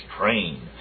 train